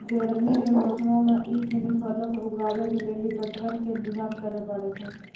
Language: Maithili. गरमी के मौसमो मे इ सिनी फलो के उगाबै के लेली पटवन के इंतजाम करै पड़ै छै